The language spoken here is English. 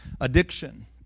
addiction